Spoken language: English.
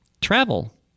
Travel